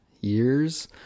years